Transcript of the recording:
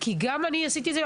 כי גם אני עשיתי את זה,